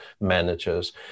managers